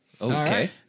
okay